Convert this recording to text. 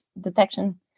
detection